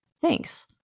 Thanks